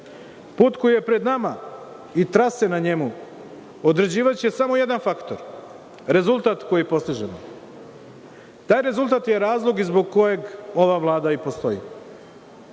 Put koji je pred nama i trase na njemu određivaće samo jedan faktor, rezultat koji postižemo. Taj rezultat je razlog zbog kojeg ova Vlada i postoji. Zato